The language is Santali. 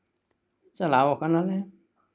ᱪᱟᱞᱟᱣ ᱟᱠᱟᱱᱟᱞᱮ